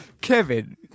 Kevin